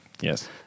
Yes